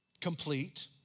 complete